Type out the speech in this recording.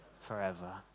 forever